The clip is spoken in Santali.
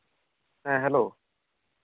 ᱦᱮᱸ ᱦᱮᱞᱳ